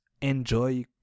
enjoy